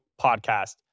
Podcast